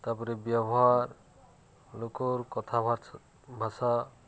ତା'ପରେ ବ୍ୟବହାର ଲୋକର କଥା ଭାଷା